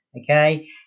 okay